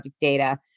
data